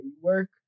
work